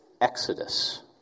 Exodus